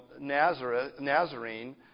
Nazarene